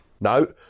No